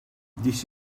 this